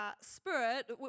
spirit